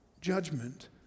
Judgment